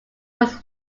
was